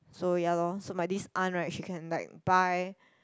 so ya lor so my this aunt right she can like buy